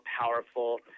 powerful